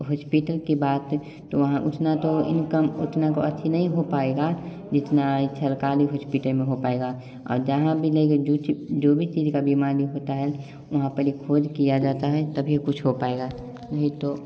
hospital के बाद वहाँ तो उतना तो इनकम उतना तो अच्छी नहीं हो पाएगा जितना सरकारी हॉस्पिटल में हो पाएगा और जहाँ भी लेगा जो भी चीज का बीमारी होता हैं वहाँ पर खोज किया जाता हैं तभी कुछ हो पाएगा नहीं तो